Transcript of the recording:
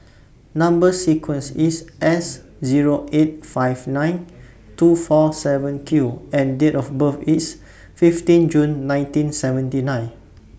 Number sequence IS S Zero eight five nine two four seven Q and Date of birth IS fifteen June nineteen seventy nine